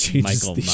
Michael